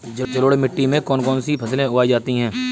जलोढ़ मिट्टी में कौन कौन सी फसलें उगाई जाती हैं?